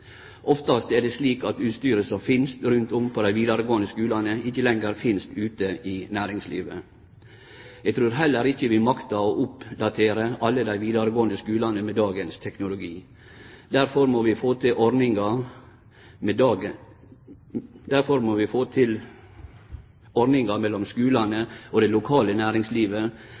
Oftast er det slik at utstyret som finst rundt om på dei vidaregåande skulane, ikkje lenger finst ute i næringslivet. Eg trur heller ikkje vi maktar å oppdatere alle dei vidaregåande skulane med dagens teknologi. Derfor må vi få til ordningar mellom skulane og det lokale næringslivet